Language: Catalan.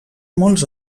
molts